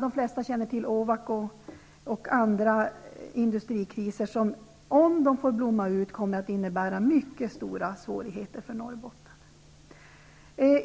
De flesta känner till Ovako och andra industrikriser som, om de får blomma ut, kommer att innebära mycket stora svårigheter för